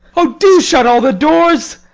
oh, do shut all the doors!